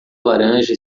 laranja